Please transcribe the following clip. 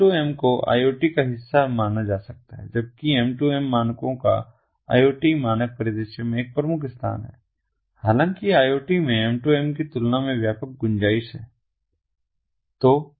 तो M2M को IoT का एक हिस्सा माना जा सकता है जबकि M2M मानकों का IoT मानक परिदृश्य में एक प्रमुख स्थान है हालाँकि IoT में M2M की तुलना में व्यापक गुंजाइश है